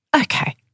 Okay